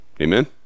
Amen